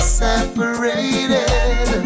separated